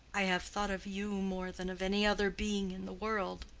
i have thought of you more than of any other being in the world,